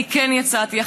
אני כן יצאתי,